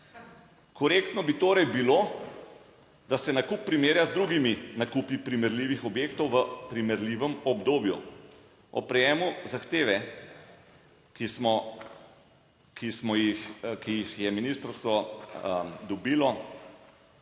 Korektno bi torej bilo, da se nakup primerja z drugimi nakupi primerljivih objektov v primerljivem obdobju. Ob prejemu zahteve, ki smo, ki smo jih,